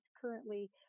currently